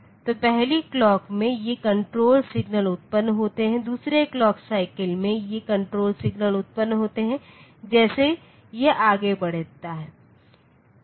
तो पहली क्लॉक में ये कण्ट्रोल सिग्नल उत्पन्न होते हैं दूसरे क्लॉक साइकिल में ये कण्ट्रोल सिग्नल उत्पन्न होते हैं जैसे यह आगे बढ़ता है